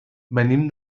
venim